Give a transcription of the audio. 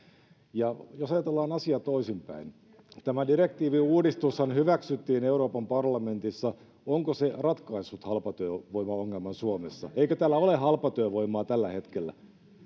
jos ajatellaan asia toisin päin tämä direktiiviuudistushan hyväksyttiin euroopan parlamentissa onko se ratkaissut halpatyövoimaongelman suomessa eikö täällä ole halpatyövoimaa tällä hetkellä